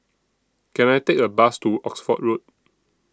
Can I Take A Bus to Oxford Road